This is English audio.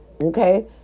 Okay